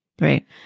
Right